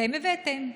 אתם הבאתם?